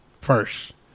first